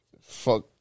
fuck